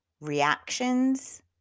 reactions